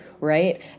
right